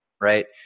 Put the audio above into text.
right